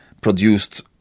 produced